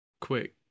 Quick